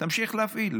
תמשיך להפעיל.